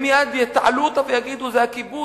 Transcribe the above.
הם מייד יתעלו אותה ויגידו: זה הכיבוש,